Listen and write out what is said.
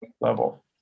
level